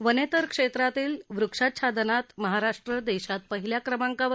वनेतर क्षेत्रातील वृक्षाच्छादनात महाराष्ट्र देशात पहिल्या क्रमांकावर